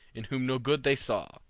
in whom no good they saw,